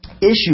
issue